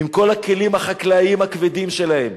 עם כל הכלים החקלאיים הכבדים שלהם,